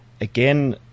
again